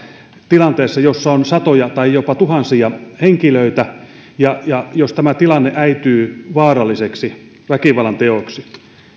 tilanteessa jossa on satoja tai jopa tuhansia henkilöitä jos tämä tilanne äityy vaaralliseksi väkivallanteoksi